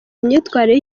imyitwarire